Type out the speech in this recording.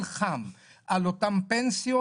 ונלחם על אותם פנסיות,